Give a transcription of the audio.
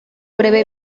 breve